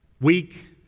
weak